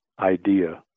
idea